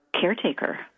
Caretaker